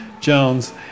Jones